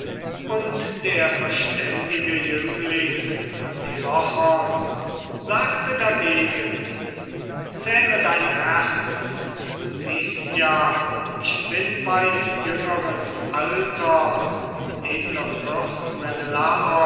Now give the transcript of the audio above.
und der verständige jüngling antilochos sagte dagegen zähme dein herz du siehst ja ich bin weit jüngeres alters edler